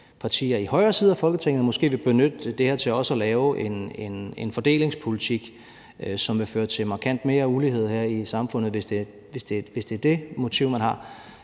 partier i højre side af Folketingssalen måske vil benytte det her til også at lave en fordelingspolitik, som vil føre til markant mere ulighed i samfundet – som man nogle gange